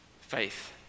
faith